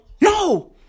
No